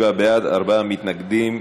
37 בעד, ארבעה מתנגדים.